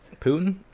Putin